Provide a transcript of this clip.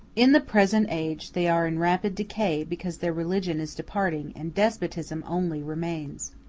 in the present age they are in rapid decay, because their religion is departing, and despotism only remains.